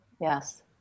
Yes